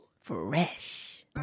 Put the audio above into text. fresh